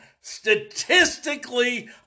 Statistically